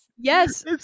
Yes